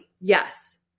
yes